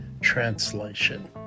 translation